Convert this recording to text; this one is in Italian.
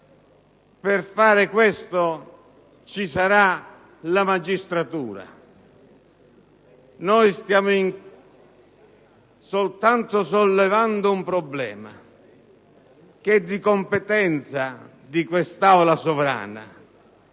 Per fare ciò ci sarà la magistratura. Noi stiamo soltanto sollevando un problema di competenza dell'Assemblea sovrana: